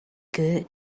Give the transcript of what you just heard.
good